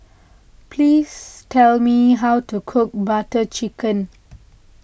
please tell me how to cook Butter Chicken